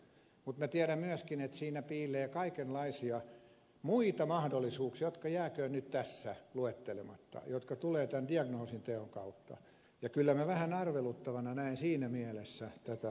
mutta tiedän myöskin että siinä piilee kaikenlaisia muita mahdollisuuksia jotka jääkööt nyt tässä luettelematta jotka tulevat tämän diagnoosinteon kautta ja kyllä minä vähän arveluttavana näen siinä mielessä tämän kaiken